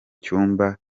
cyumba